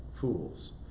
fools